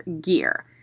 gear